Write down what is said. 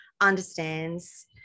understands